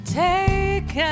take